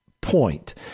point